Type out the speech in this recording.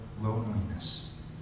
loneliness